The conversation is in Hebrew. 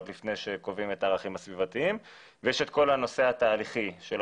של אותם שטחים שנמצאים בדרך כלל בלב אזורי הביקוש ולא